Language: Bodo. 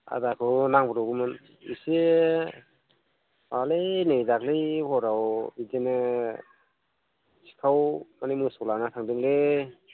आदा नांदेरबावगोनमोन एसे माबालै नै दाख्लै हराव बिदिनो सिखाव माने मोसौ लाना थांदोंलै